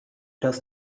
does